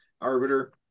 Arbiter